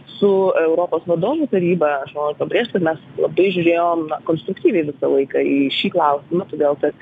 su europos vadovų taryba aš noriu pabrežt kad mes labai žiūrėjom konstruktyviai visą laiką į šį klausimą todėl kad